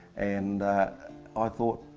and i thought,